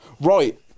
Right